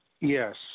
Yes